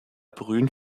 berühmt